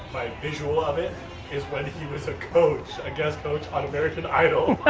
my visual of it is when he was a coach, a guest coach on american idol.